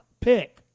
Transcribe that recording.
pick